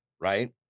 right